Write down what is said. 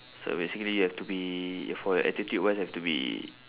so basically you have to be for your attitude wise have to be